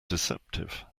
deceptive